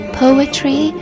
poetry